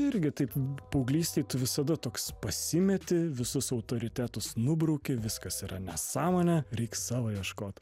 irgi taip paauglystėj tu visada toks pasimeti visus autoritetus nubrauki viskas yra nesąmonė reik savo ieškot